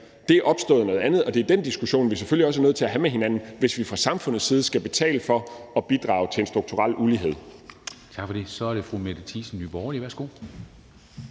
Det er opstået af noget andet, og det er den diskussion, vi selvfølgelig også er nødt til at have med hinanden, hvis vi fra samfundets side skal betale for at bidrage til en strukturel ulighed.